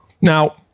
now